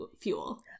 fuel